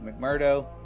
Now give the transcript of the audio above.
McMurdo